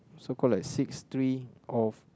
so call like six string of